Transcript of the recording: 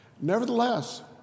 Nevertheless